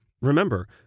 remember